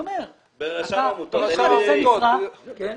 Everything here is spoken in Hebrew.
ברשם העמותות אין ניגוד עניינים?